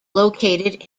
located